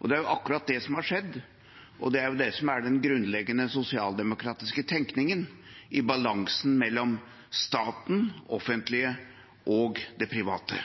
Og det er akkurat det som har skjedd, og det er det som er den grunnleggende sosialdemokratiske tenkningen i balansen mellom staten, det offentlige og det private.